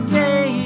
day